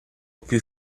più